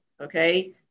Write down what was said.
okay